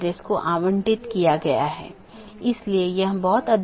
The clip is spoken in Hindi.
नेटवर्क लेयर रीचैबिलिटी की जानकारी की एक अवधारणा है